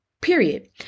period